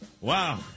Wow